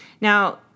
Now